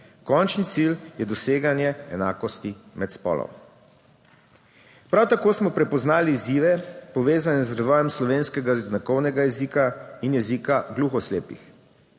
Končni cilj je doseganje enakosti med spoloma. Prav tako smo prepoznali izzive, povezane z razvojem slovenskega znakovnega jezika in jezika gluhoslepih.